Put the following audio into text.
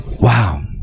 wow